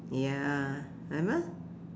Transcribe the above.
ya remember